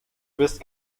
bist